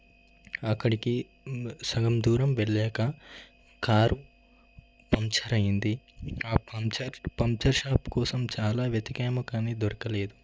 అక్కడికి సగం దూరం వెళ్ళాక కారు పంచర్ అయింది ఆ పంచర్ పంచర్ షాపు కోసం చాలా వెతికాము కానీ దొరకలేదు